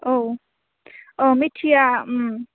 औ औ मिथिया ओम